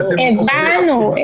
הבנו.